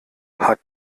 hat